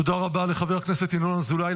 תודה רבה לחבר הכנסת ינון אזולאי.